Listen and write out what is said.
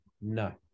no